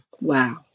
wow